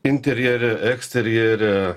interjere eksterjere